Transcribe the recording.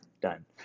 Done